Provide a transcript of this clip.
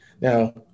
Now